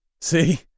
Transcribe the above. See